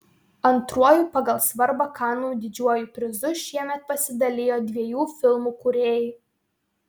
antruoju pagal svarbą kanų didžiuoju prizu šiemet pasidalijo dviejų filmų kūrėjai